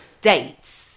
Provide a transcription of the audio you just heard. dates